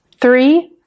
three